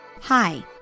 Hi